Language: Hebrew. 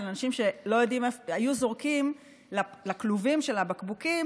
מאנשים שהיו זורקים לכלובים של הבקבוקים